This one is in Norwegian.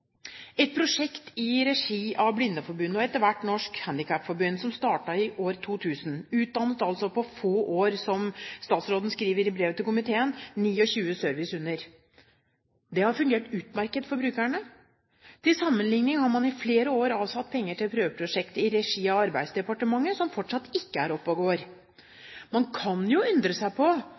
Et prosjekt i regi av Blindeforbundet, og etter hvert Norges Handikapforbund, som startet i 2000, utdannet altså på få år – som statsråden skriver i brevet til komiteen – 29 servicehunder. Det har fungert utmerket for brukerne. Til sammenlikning har man i flere år avsatt penger til et prøveprosjekt i regi av Arbeidsdepartementet som fortsatt ikke er oppe og går. Man kan jo undre seg